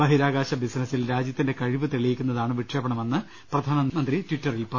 ബഹിരാകാശ ബിസിനസ്സിൽ രാജ്യത്തിന്റെ കഴിവ് തെളിയിക്കുന്നതാണ് വിക്ഷേപണമെന്ന് പ്രധാനമന്ത്രി ട്വിറ്ററിൽ പറഞ്ഞു